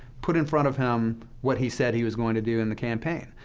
put in front of him what he said he was going to do in the campaign.